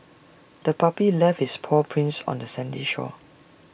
the puppy left its paw prints on the sandy shore